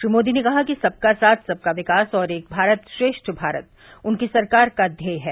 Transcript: श्री मोदी ने कहा कि सबका साथ सबका विकास और एक भारत श्रेष्ठ भारत उनकी सरकार का ध्येय है